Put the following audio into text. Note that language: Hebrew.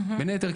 בין היתר,